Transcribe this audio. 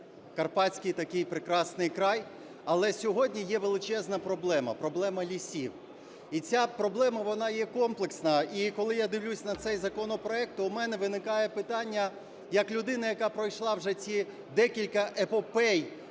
карпатський такий прекрасний край. Але сьогодні є величезна проблема – проблема лісів. І ця проблема вона є комплексна. І коли я дивлюся на цей законопроект, то у мене виникає питання, як людина, яка пройшла вже ці декілька епопей,